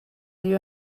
you